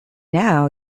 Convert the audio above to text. now